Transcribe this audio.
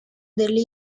delle